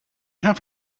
have